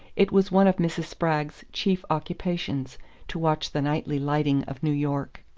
it was one of mrs. spragg's chief occupations to watch the nightly lighting of new york.